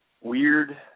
weird